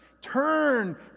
turn